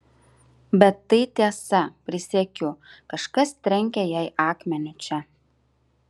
bet tai tiesa prisiekiu kažkas trenkė jai akmeniu čia